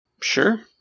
Sure